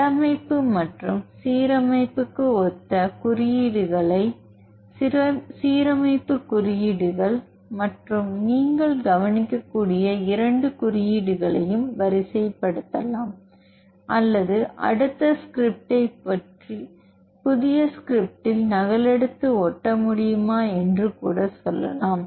கட்டமைப்பு மற்றும் சீரமைப்புக்கு ஒத்த சீரமைப்பு குறியீடுகள் மற்றும் நீங்கள் கவனிக்கக்கூடிய இரண்டு குறியீடுகளையும் வரிசைப்படுத்தலாம் அல்லது அடுத்த ஸ்கிரிப்டை புதிய ஸ்கிரிப்ட்டில் நகலெடுத்து ஒட்ட முடியுமா என்று கூட சொல்லலாம்